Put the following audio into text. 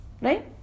right